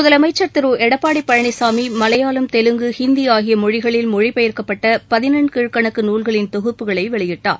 முதலமைச்சர் திரு எடப்பாடி பழனிசாமி மலையாளம் தெலுங்கு இந்தி ஆகிய மொழிகளில் மொழிபெயர்க்கப்பட்ட பதினெண்கீழ்க்கணக்கு நூல்களின் தொகுப்புகளை வெளியிட்டுள்ளார்